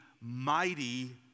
mighty